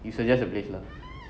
you suggest a place lah